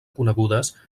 conegudes